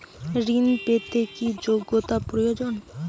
ঋণ পেতে কি যোগ্যতা প্রয়োজন?